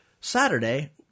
Saturday